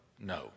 No